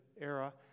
era